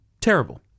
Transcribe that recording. terrible